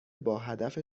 باهدف